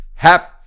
Happy